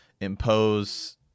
impose